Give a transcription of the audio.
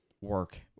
work